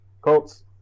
Colts